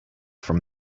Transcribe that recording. from